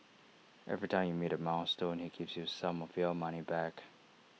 every time you meet A milestone he gives you some of your money back